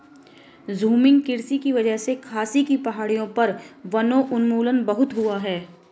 झूमिंग कृषि की वजह से खासी की पहाड़ियों पर वनोन्मूलन बहुत हुआ है